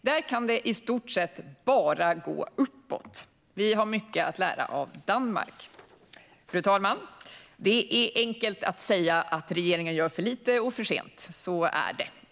Där kan det i stort sett bara gå uppåt. Vi har mycket att lära av Danmark. Fru talman! Det är enkelt att säga att regeringen gör för lite och för sent - så är det.